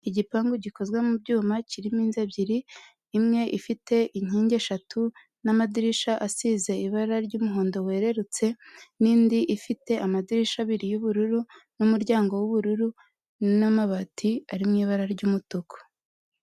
Igipangu gikozwe mu byuma, kirimo inzu ebyiri, imwe ifite inkingi eshatu n'amadirishya asize ibara ry'umuhondo werurutse, n'indi ifite amadirishya abiri y'ubururu, n'umuryango w'ubururu, n'amabati ari mu ibara ry'umutuku.